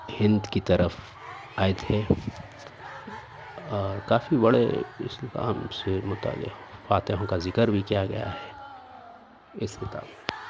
ہند کی طرف آئے تھے اور کافی بڑے اسلام سے متعلق فاتحوں کا ذکر بھی کیا گیا ہے اس کتاب میں